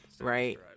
Right